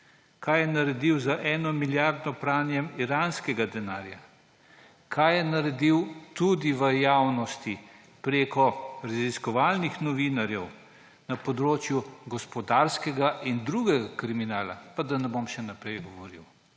Kaj je naredil z eno milijardnim pranjem iranskega denarja? Kaj je naredil tudi v javnosti prek raziskovalnih novinarjev na področju gospodarskega in drugega kriminala? Pa da ne bom še naprej govoril.